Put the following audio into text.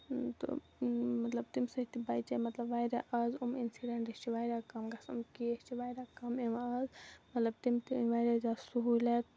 تہٕ مطلب تَمہِ سۭتۍ تہِ بچے مطلب واریاہ آز یِم اِنسِڈٮ۪نٹٕس چھِ واریاہ کَم گژھان کیس چھِ واریاہ کَم یِوان آز مطلب تَمہِ تہِ أنۍ واریاہ زیادٕ سہوٗلِیت